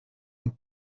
und